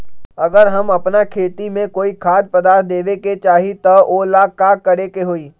अगर हम अपना खेती में कोइ खाद्य पदार्थ देबे के चाही त वो ला का करे के होई?